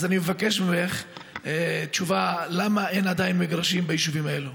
אז אני מבקש ממך תשובה למה אין עדיין מגרשים ביישובים האלה.